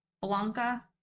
Blanca